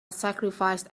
sacrificed